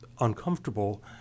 uncomfortable